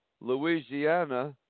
Louisiana